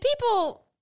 people